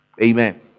Amen